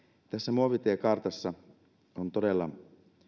muovitiekartassa on todella